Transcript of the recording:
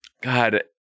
God